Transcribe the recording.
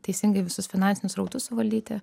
teisingai visus finansinius srautus suvaldyti